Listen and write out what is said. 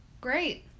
great